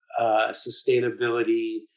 sustainability